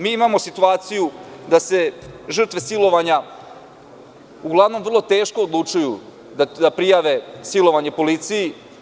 Mi imamo situaciju da se žrtve silovanja uglavnom vrlo teško odlučuju da prijave silovanje policiji.